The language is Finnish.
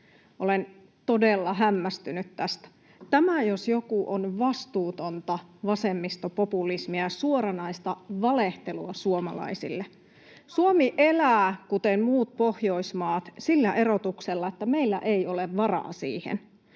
Olen todella hämmästynyt tästä. Tämä jos joku on vastuutonta vasemmistopopulismia, suoranaista valehtelua suomalaisille. [Pinja Perholehdon välihuuto] Suomi elää kuten muut Pohjoismaat — sillä erotuksella, että meillä ei ole varaa siihen.